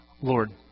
Lord